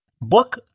Book